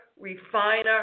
refiner